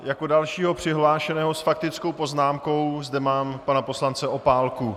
Jako dalšího přihlášeného s faktickou poznámkou zde mám pana poslance Opálku.